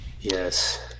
Yes